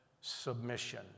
Submission